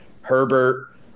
herbert